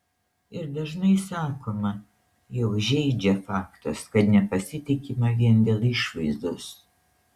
ir dažnai sakoma jog žeidžia faktas kad nepasitikima vien dėl išvaizdos